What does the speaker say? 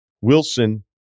Wilson